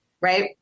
right